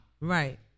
Right